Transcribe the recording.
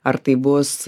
ar tai bus